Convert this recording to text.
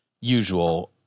usual